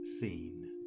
seen